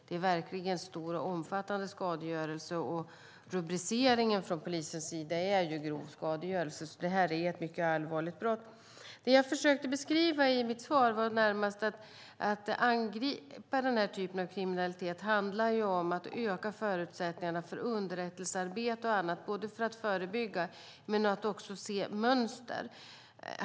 Det är verkligen stor och omfattande skadegörelse. Rubriceringen från polisens sida är grov skadegörelse. Det är ett mycket allvarligt brott. Det jag försökte beskriva i mitt svar var närmast att man för att angripa den här typen av kriminalitet måste öka förutsättningarna för underrättelsearbete och annat, både för att förebygga och för att se mönster.